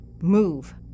Move